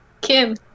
Kim